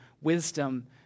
wisdom